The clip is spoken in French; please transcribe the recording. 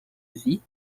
vie